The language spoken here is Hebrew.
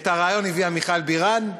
את הרעיון הביאה מיכל בירן,